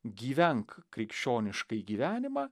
gyvenk krikščioniškąjį gyvenimą